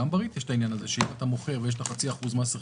גם ב-ריט יש את העניין הזה שאם אתה מוכר ויש לך חצי אחוז מס רכישה,